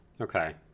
Okay